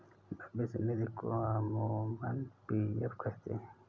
भविष्य निधि को अमूमन पी.एफ कहते हैं